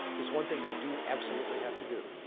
there's one thing you do absolutely have to do.